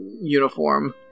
uniform